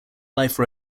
life